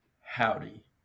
howdy